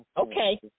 okay